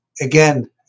again